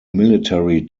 military